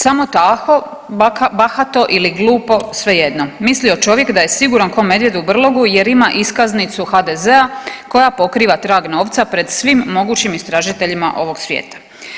Samo tako bahato ili glupo svejedno, mislio čovjek da je siguran ko medvjed u brlogu jer ima iskaznicu HDZ-a koja pokriva trag novca pred svim mogućim istražiteljima ovog svijeta.